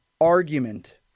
argument